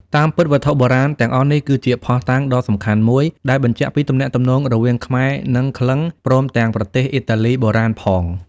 តាមពិត វត្ថុបុរាណ ទាំងអស់នេះគឺជាភស្តុតាងដ៏សំខាន់មួយដែលបញ្ជាក់ពី ទំនាក់ទំនង រវាងខ្មែរនិង ក្លិង្គ ព្រមទាំងប្រទេស អ៊ីតាលីបុរាណ ផង។